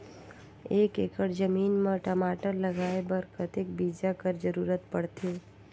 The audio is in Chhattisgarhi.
एक एकड़ जमीन म टमाटर लगाय बर कतेक बीजा कर जरूरत पड़थे?